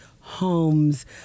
homes